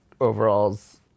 overalls